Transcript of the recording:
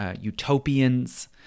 utopians